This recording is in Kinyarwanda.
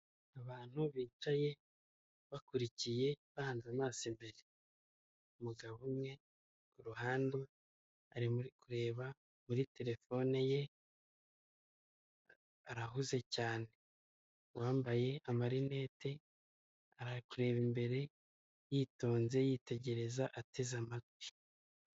Abantu bicaye bakurikiye bahanze amaso imbere, umugabo umwe ku ruhande ari kureba muri telefone ye, arahuze cyane. Uwambaye amarinete ari kureba imbere yitonze yitegereza ateze amatwi.